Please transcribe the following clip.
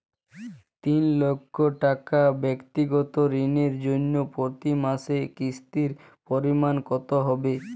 তিন লক্ষ টাকা ব্যাক্তিগত ঋণের জন্য প্রতি মাসে কিস্তির পরিমাণ কত হবে?